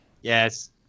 Yes